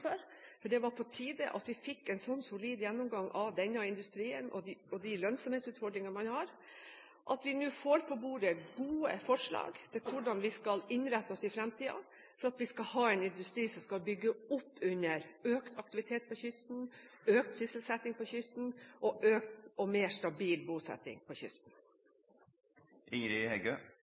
for det var på tide at vi fikk en sånn solid gjennomgang av denne industrien og de lønnsomhetsutfordringene man har – nå får på bordet gode forslag til hvordan vi skal innrette oss i fremtiden for at vi skal ha en industri som skal bygge opp under økt aktivitet på kysten, økt sysselsetting på kysten og mer stabil bosetting på